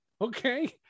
okay